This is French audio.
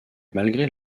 malgré